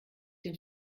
den